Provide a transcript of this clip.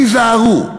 תיזהרו.